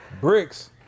bricks